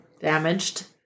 damaged